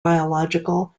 biological